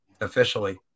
officially